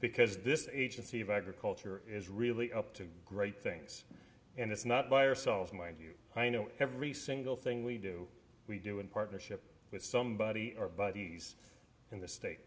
because this agency of agriculture is really up to great things and it's not by ourselves mind you i know every single thing we do we do in partnership with somebody our buddies in the state